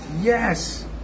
yes